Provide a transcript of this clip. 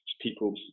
people